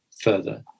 further